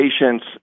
patients